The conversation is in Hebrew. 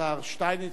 שטייניץ.